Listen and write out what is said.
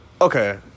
Okay